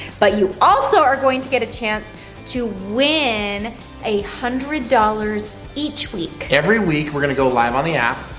but you also are going to get a chance to win a hundred dollars each week. every week, we're gonna go live on the app,